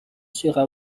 sera